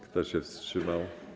Kto się wstrzymał?